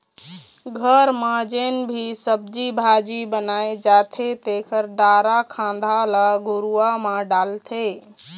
घर म जेन भी सब्जी भाजी बनाए जाथे तेखर डारा खांधा ल घुरूवा म डालथे